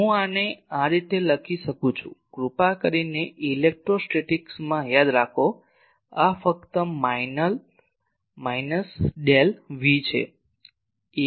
હું આને આ રીતે લખી શકું છું કૃપા કરીને ઇલેક્ટ્રોસ્ટેટિક્સમાં યાદ રાખો આ ફક્ત માઈનસ ડેલ V છે